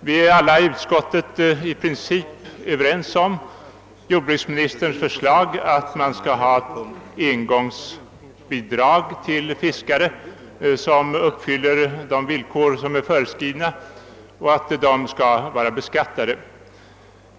bidraget med hänsyn till sökandenas ålder. Vi biträder alla i utkottet i princip jordbruksministerns förslag, att engångsbidrag skall utgå till fiskare som uppfyller de villkor som är föreskrivna och att dessa bidrag skall beskattas.